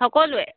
সকলোৰে